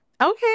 Okay